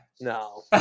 No